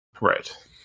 Right